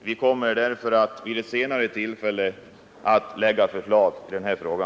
Vi kommer därför att vid ett senare tillfälle framlägga förslag i denna fråga.